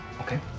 Okay